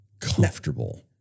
comfortable